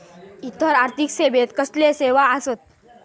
इतर आर्थिक सेवेत कसले सेवा आसत?